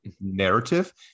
narrative